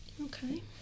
Okay